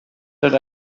that